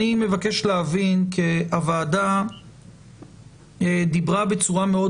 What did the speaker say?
אני מבקש להבין כי הוועדה דיברה בצורה מאוד